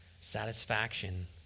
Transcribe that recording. satisfaction